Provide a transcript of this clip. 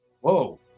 Whoa